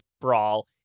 brawl